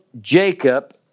Jacob